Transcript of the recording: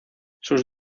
sus